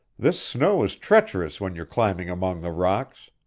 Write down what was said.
this snow is treacherous when you're climbing among the rocks.